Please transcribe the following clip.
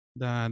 da